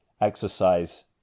Exercise